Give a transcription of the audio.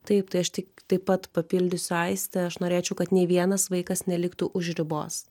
taip tai aš tik taip pat papildysiu aistę aš norėčiau kad nė vienas vaikas neliktų už ribos